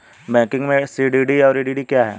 Banking में CDD और EDD क्या हैं?